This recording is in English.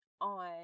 on